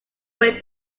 way